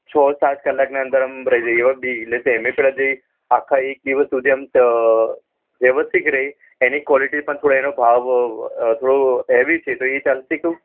છ સાત કલાકની અંદર આમ રહી જાય એવા બી એટલે શું એમાં થોડા જે આખા એક દિવસ સુધી આમ વ્યવસ્થિત રહે એની ક્વૉલિટી પણ એનો ભાવ થોડો હૅવી છે તો એ ચાલશે કહું